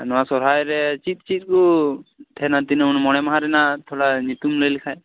ᱱᱚᱣᱟ ᱥᱚᱨᱦᱟᱭ ᱨᱮ ᱪᱮᱫ ᱪᱮᱫ ᱠᱚ ᱛᱟᱦᱮᱱᱟ ᱱᱟ ᱢᱚᱬᱮ ᱢᱟᱦᱟ ᱨᱮᱱᱟᱜ ᱛᱷᱚᱲᱟ ᱧᱩᱛᱩᱢ ᱞᱟ ᱭ ᱞᱮᱠᱷᱟᱡ